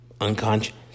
Unconscious